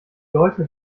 leute